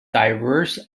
diverse